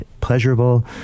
pleasurable